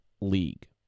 league